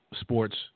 sports